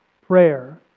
prayer